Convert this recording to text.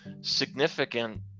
significant